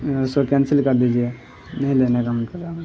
اس کو کینسل کر دیجیے نہیں لینے کا من کر رہا ہے